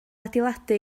adeiladu